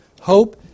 Hope